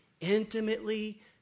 intimately